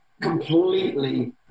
completely